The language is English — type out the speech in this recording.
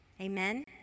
Amen